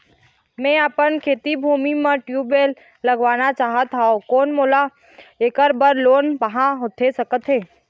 मैं अपन खेती भूमि म ट्यूबवेल लगवाना चाहत हाव, कोन मोला ऐकर बर लोन पाहां होथे सकत हे?